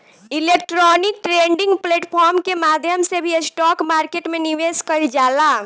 electronic trading platform के माध्यम से भी स्टॉक मार्केट में निवेश कईल जाला